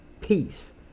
peace